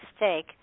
mistake